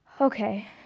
Okay